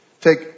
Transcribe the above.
Take